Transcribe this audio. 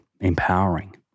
empowering